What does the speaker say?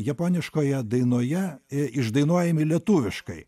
japoniškoje dainoje i išdainuojami lietuviškai